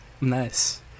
nice